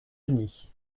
denis